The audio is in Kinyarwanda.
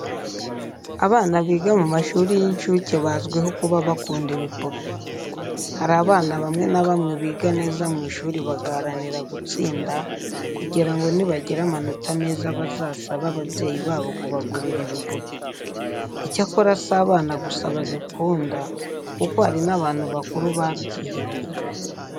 Abana biga mu mashuri y'incuke bazwiho kuba bakunda ibipupe. Hari abana bamwe na bamwe biga neza mu ishuri bagaharanira gutsinda kugira ngo nibagira amanota meza bazasabe ababyeyi babo kubagurira ibipupe. Icyakora si abana gusa babikunda kuko hari n'abantu bakuru babyihebeye.